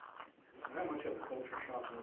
yes? how much of a culture shock